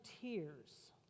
tears